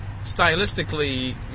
stylistically